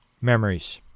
memories